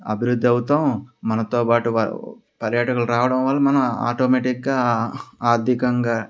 అభివృద్ధి అవుతాం మనతోపాటు పర్యాటకులు రావడం వల్ల మనం ఆటోమేటిక్గా ఆర్థికంగా